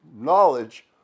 knowledge